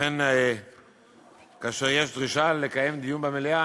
לכן כאשר יש דרישה לקיים דיון במליאה,